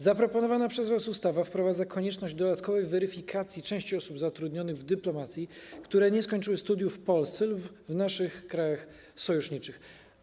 Zaproponowana przez was ustawa wprowadza konieczność dodatkowej weryfikacji części osób zatrudnionych w dyplomacji, które nie skończyły studiów w Polsce lub w naszych krajach sojuszniczych.